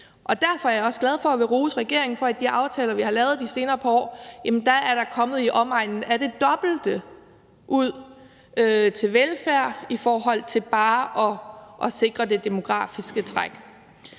Derfor er jeg også glad for og vil rose regeringen for, at der i de aftaler, vi har lavet de senere par år, er kommet i omegnen af det dobbelte ud til velfærd i forhold til bare at sikre det demografiske træk.